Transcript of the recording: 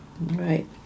Right